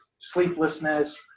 sleeplessness